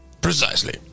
Precisely